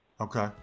Okay